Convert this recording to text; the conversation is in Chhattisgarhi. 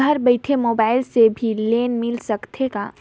घर बइठे मोबाईल से भी लोन मिल सकथे का?